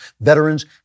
veterans